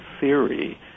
Theory